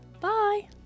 bye